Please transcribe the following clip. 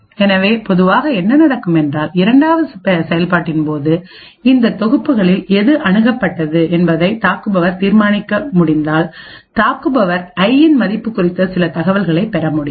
எனவே பொதுவாக என்ன நடக்கும் என்றால் இரண்டாவது செயல்பாட்டின் போது இந்தத் தொகுப்புகளில் எது அணுகப்பட்டது என்பதைத் தாக்குபவர் தீர்மானிக்க முடிந்தால் தாக்குபவர் ஐ இன் மதிப்பு குறித்த சில தகவல்களைப் பெற முடியும்